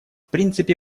принципе